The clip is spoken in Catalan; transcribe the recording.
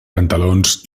pantalons